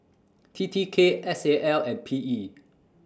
T T K S A L and P E